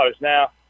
Now